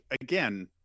again